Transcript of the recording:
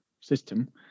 system